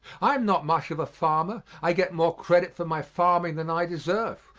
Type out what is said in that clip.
i am not much of a farmer i get more credit for my farming than i deserve,